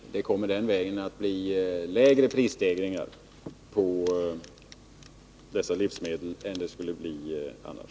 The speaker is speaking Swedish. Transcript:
Det kommer den vägen att bli lägre prisstegringar på dessa livsmedel än det skulle bli annars.